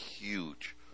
huge